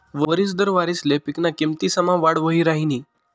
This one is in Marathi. वरिस दर वारिसले पिकना किमतीसमा वाढ वही राहिनी